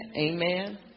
Amen